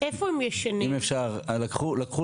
אם אפשר, לקחו